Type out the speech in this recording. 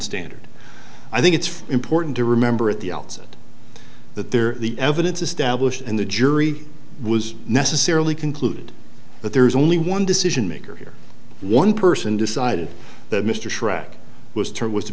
standard i think it's important to remember at the outset that there the evidence established and the jury was necessarily concluded that there is only one decision maker here one person decided that mr schrag was to was to